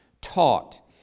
taught